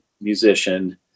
musician